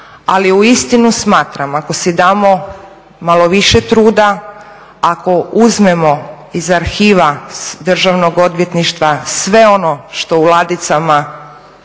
Ali uistinu smatram ako si damo malo više truda, ako uzmemo iz arhiva Državnog odvjetništva sve ono što u ladicama